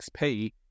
XP